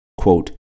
quote